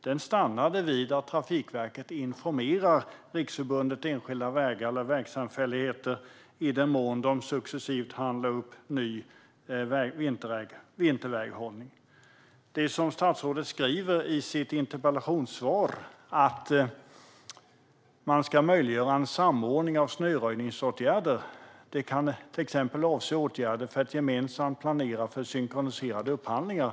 Denna dialog stannade vid att Trafikverket informerar Riksförbundet enskilda vägar eller vägsamfälligheter i den mån som de successivt upphandlar ny vinterväghållning. Statsrådet säger i sitt interpellationssvar att man ska möjliggöra en samordning av snöröjningsåtgärder och att det kan avse till exempel åtgärder för att gemensamt planera för synkroniserade upphandlingar.